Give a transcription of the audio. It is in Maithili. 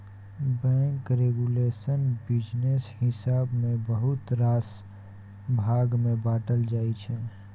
बैंक रेगुलेशन बिजनेस हिसाबेँ बहुत रास भाग मे बाँटल जाइ छै